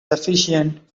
efficient